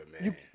man